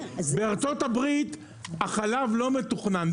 בארצות הברית החלב לא מתוכנן,